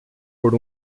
por